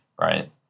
right